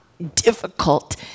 difficult